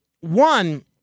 One